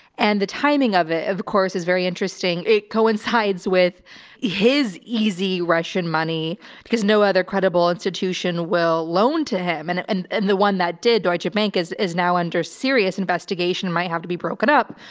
and the timing of it of course is very interesting. it coincides with his easy russian money cause no other credible institution will loan to him. and and and the one that did deutsche bank is is now under serious investigation, might have to be broken up.